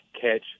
catch